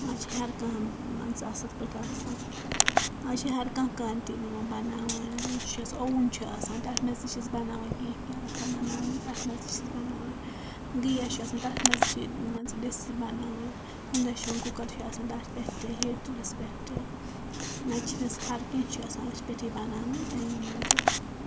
آز چھِ ہر کانٛہہ مان ژٕ اصٕل پٲٹھۍ آسان آز چھُ ہر کانٛہہ کأنتی نِوان بناوان یُس چھُ اسہِ اوُن چھُ آسان تتھ منٛز تہِ چھِ أسۍ بناوان کیٚنٛہہ کیٚنٛہہ آسان بناوُن تتھ منٛز تہِ چھِ أسۍ بناوان گیس چھُ آسان تتھ منٛز تہِ چھِ مان ژٕ ڈِشہِ بناوان انڑکشن کُکر چھُ آسان تتھ پٮ۪ٹھ تہِ ہیٹرس پٮ۪ٹھ تہِ نہٕ تہِ چھِ نہٕ أسۍ ہر کانٛہہ چھُ آسان اتھ پٮ۪ٹھ بناوُن تَمہِ موٗجوب